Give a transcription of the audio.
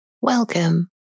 Welcome